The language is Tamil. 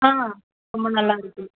ஆ ரொம்ப நல்லா இருக்கு